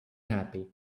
happy